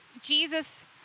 Jesus